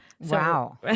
Wow